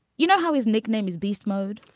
you know, how his nickname is beast mode.